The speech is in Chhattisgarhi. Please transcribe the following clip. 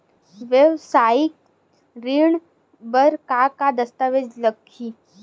वेवसायिक ऋण बर का का दस्तावेज लगही?